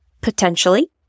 Potentially